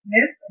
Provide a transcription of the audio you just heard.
Miss